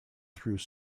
through